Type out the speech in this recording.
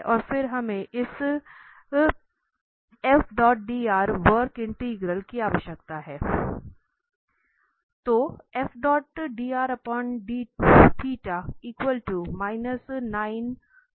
और फिर हमें इस वक्र इंटीग्रल की आवश्यकता है